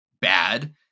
bad